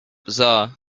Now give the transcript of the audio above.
bizarre